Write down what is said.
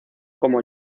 como